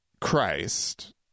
Christ